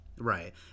right